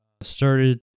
Started